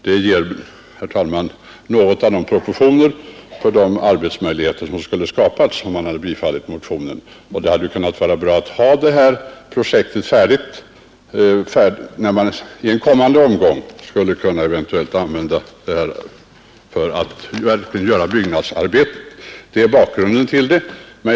Det ger, herr talman, något av proportionerna för de arbetsmöjligheter som hade skapats om man bifallit motionen. Det hade kunnat vara bra att ha detta projekt färdigt för att i en kommande omgång kunna göra byggnadsarbetet. Detta är bakgrunden till min motion.